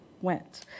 went